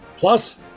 plus